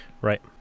Right